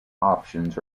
options